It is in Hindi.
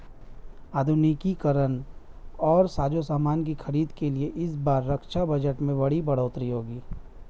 आधुनिकीकरण और साजोसामान की खरीद के लिए इस बार रक्षा बजट में बड़ी बढ़ोतरी होगी